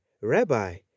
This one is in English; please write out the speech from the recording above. Rabbi